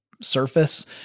surface